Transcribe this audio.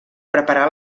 preparar